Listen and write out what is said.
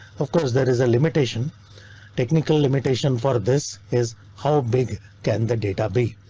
of course there is a limitation technical limitation for this is how big can the data be.